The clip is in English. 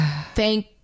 thank